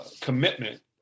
commitment